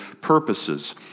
purposes